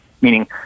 meaning